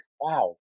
wow